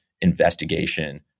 investigation